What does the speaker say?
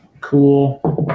cool